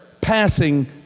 passing